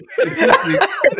statistics